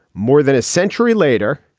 more than a century later.